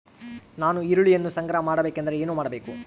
ನಾನು ಈರುಳ್ಳಿಯನ್ನು ಸಂಗ್ರಹ ಮಾಡಬೇಕೆಂದರೆ ಏನು ಮಾಡಬೇಕು?